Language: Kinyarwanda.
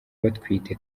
batwite